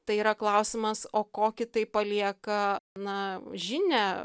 tai yra klausimas o kokį tai palieka na žinią